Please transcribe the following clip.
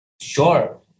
Sure